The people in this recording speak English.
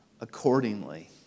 accordingly